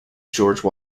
george